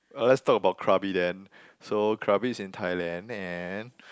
uh let's talk about Krabi then so Krabi is in Thailand and